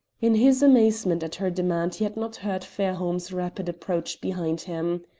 in his amazement at her demand he had not heard fairholme's rapid approach behind him.